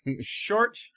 Short